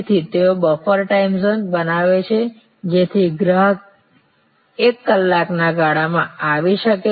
તેથી તેઓ buffer time zone બનાવે છે જેથી ગ્રાહક એક કલાકના ગાળામાં આવી શકે